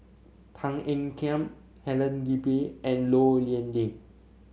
Tan Ean Kiam Helen Gilbey and Low Yen Ling